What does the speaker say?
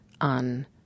on